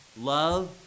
love